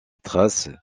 trace